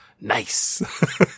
nice